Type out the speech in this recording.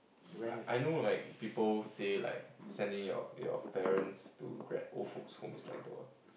I know like people say like sending your your parents to grand~ old folks home is like the